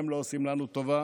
הם לא עושים לנו טובה,